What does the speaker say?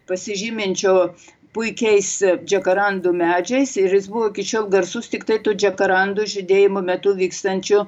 pasižyminčio puikiais džakarandų medžiais ir jis buvo iki šiol garsus tiktai tų džakarandų žydėjimo metu vykstančiu